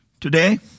Today